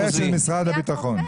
הרופא של משרד הביטחון.